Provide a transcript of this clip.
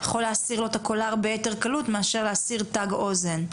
והוא יכול להסיר לו את הקולר ביתר קלות מאשר להסיר תג אוזן.